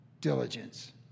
diligence